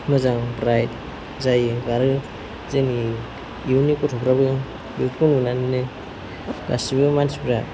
मोजां ब्राइट जायो आरो जोंनि इयुननि गथ'फ्राबो बेखौ नुनानैनो गासैबो मानसिफ्रा